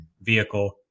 vehicle